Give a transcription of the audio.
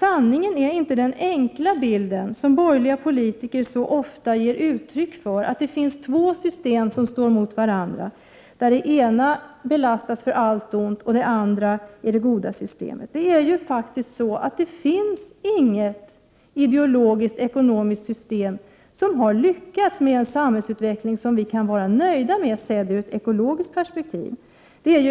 sanningen är inte den enkla bild som de borgerliga politikerna så ofta ger uttryck för, nämligen att det finns två system som står mot varandra och där det ena belastas med allt ont och det andra är det goda systemet. Det finns faktiskt inte något ideologiskt och ekonomiskt system som lyckats med en samhällsutveckling, som vi kan vara nöjda med sett ur ekologisk synpunkt.